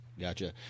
Gotcha